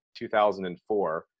2004